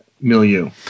milieu